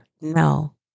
No